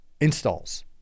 installs